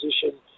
position